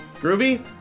Groovy